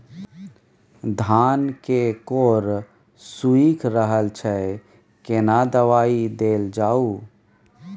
धान के कॉर सुइख रहल छैय केना दवाई देल जाऊ?